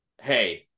hey